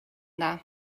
dda